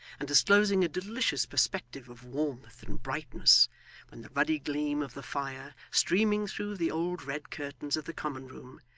and disclosing a delicious perspective of warmth and brightness when the ruddy gleam of the fire, streaming through the old red curtains of the common room,